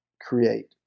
create